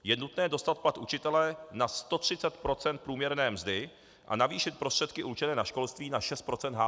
Je nutné dostat pak učitele na 130 % průměrné mzdy a navýšit prostředky určené na školství na 6 % HDP.